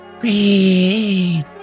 Read